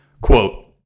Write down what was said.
quote